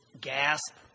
gasp